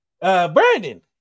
Brandon